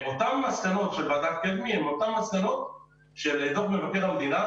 אותן מסקנות של ועדת קדמי הן אותן מסקנות של דוח מבקר המדינה.